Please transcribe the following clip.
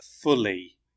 fully